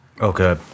Okay